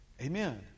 Amen